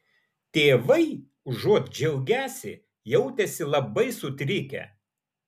tėvai užuot džiaugęsi jautėsi labai sutrikę